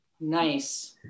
Nice